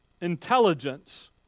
intelligence